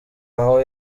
aho